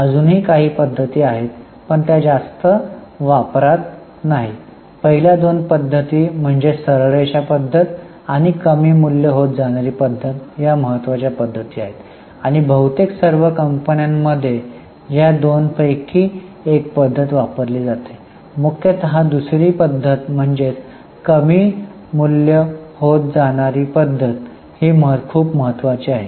अजूनही काही पद्धती आहेत पण त्या जास्त वापरत नाहीत पहिल्या दोन पद्धती म्हणजे सरळ रेषा पद्धत आणि कमी मूल्य होत जाणारी पद्धत या महत्वाच्या पद्धती आहेत आणि आणि बहुतेक सर्व कंपन्यांमध्ये या दोन पैकी एक पद्धत वापरली जाते मुख्यतः दुसरी पद्धत म्हणजेच कमी मूल्य होत जाणारी पद्धत ही खूप महत्त्वाची आहे